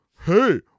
hey